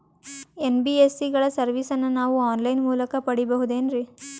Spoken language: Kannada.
ಎನ್.ಬಿ.ಎಸ್.ಸಿ ಗಳ ಸರ್ವಿಸನ್ನ ನಾವು ಆನ್ ಲೈನ್ ಮೂಲಕ ಪಡೆಯಬಹುದೇನ್ರಿ?